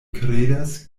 kredas